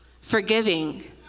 forgiving